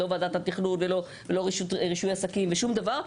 לא ועדת התכנון, לא רישוי עסקים, ושום דבר.